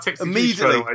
Immediately